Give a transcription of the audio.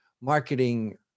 marketing